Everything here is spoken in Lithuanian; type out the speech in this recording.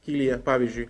kylyje pavyzdžiui